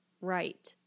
right